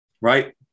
Right